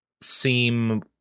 seem